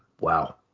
wow